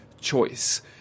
choice